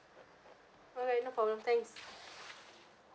okay no problem thanks